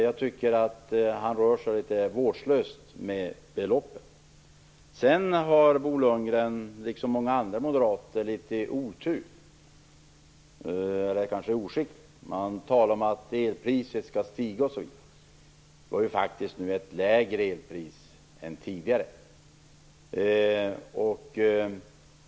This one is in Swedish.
Jag tycker att han rör sig litet vårdslöst med beloppen. Sedan har Bo Lundgren, liksom många andra moderater, litet otur. Han talar om att elpriset skall stiga. Vi har ju faktiskt nu ett lägre elpris än tidigare.